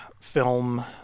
film